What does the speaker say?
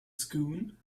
scone